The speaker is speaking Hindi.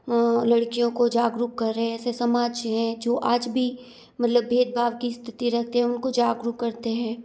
लड़कियों को जागरूक कर रहे ऐसे समाज हैं जो आज भी मतलब भेदभाव की स्थिति रहते हैं उनको जागरूक करते हैं